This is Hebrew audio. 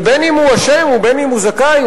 בין אם הוא אשם ובין אם הוא זכאי,